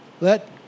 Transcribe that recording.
Let